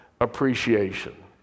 appreciation